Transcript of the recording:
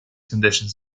conditions